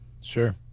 Sure